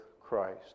Christ